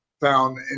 found